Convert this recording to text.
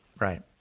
Right